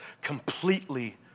completely